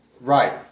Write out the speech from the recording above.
Right